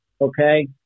okay